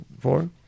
four